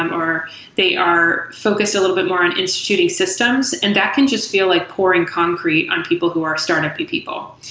or they are focused a little bit more and instituting systems, and that can just feel like pouring concrete on people who are startup-y people.